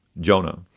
Jonah